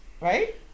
right